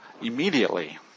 immediately